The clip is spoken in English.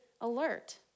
alert